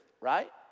Right